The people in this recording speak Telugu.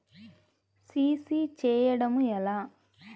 సి.సి చేయడము ఎలా?